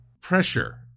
pressure